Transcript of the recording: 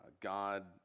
God